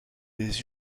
des